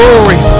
Glory